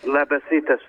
labas rytas